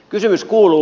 kysymys kuuluu